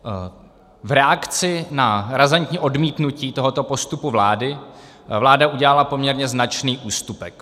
V reakci na razantní odmítnutí tohoto postupu vlády vláda udělala poměrně značný ústupek.